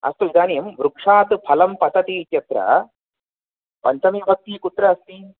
अस्तु इदानीं वृक्षात् फलं पतति इत्यत्र पञ्चमीविभक्ती कुत्र अस्ति